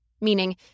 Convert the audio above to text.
meaning